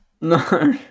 no